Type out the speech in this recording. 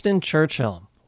Churchill